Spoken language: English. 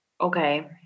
Okay